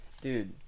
Dude